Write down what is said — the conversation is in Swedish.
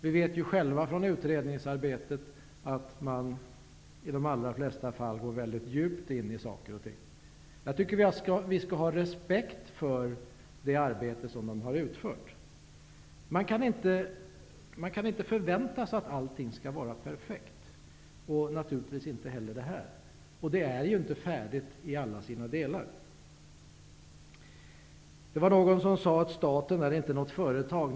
Vi vet själva från utredningsarbetet att man i de allra flesta fall går väldigt djupt in i saker och ting. Jag tycker att vi skall ha respekt för det arbete som utredningarna har utfört. Man kan inte förvänta sig att allting skall vara perfekt, naturligtvis inte heller i det här fallet, och det här är inte färdigt i alla delar. Det var någon som sade att staten inte är något företag.